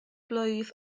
blwydd